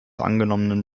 angenommenen